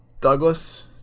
Douglas